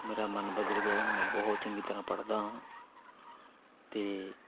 ਮੇਰਾ ਮਨ ਬਦਲ ਗਿਆ ਇਹਨੂੰ ਮੈਂ ਬਹੁਤ ਚੰਗੀ ਤਰ੍ਹਾਂ ਪੜ੍ਹਦਾ ਹਾਂ ਅਤੇ